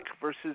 versus